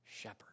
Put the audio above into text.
shepherd